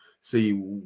See